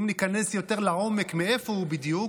אם ניכנס יותר לעומק מאיפה הוא בדיוק,